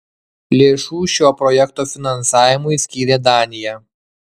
lėšų šio projekto finansavimui skyrė danija